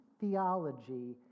theology